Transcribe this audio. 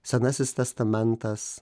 senasis testamentas